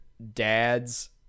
dads